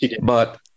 but-